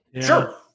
Sure